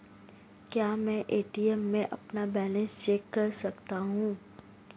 क्या मैं ए.टी.एम में अपना बैलेंस चेक कर सकता हूँ?